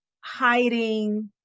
hiding